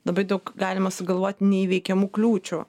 labai daug galima sugalvot neįveikiamų kliūčių